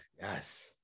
Yes